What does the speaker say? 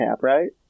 right